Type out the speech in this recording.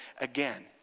again